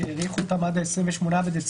שהאריכו אותן עד ה-28 בדצמבר,